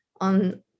on